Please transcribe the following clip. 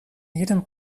jedem